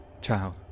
Child